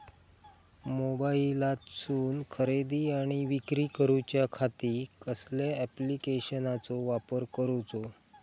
मोबाईलातसून खरेदी आणि विक्री करूच्या खाती कसल्या ॲप्लिकेशनाचो वापर करूचो?